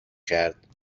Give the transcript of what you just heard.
کرد